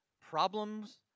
problems